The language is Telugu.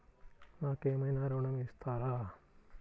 నాకు ఏమైనా ఋణం ఇస్తారా?